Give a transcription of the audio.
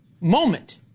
moment